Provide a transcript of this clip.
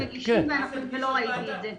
אנחנו מגישים, ולא ראיתי את זה.